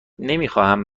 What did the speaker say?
نمیخواهم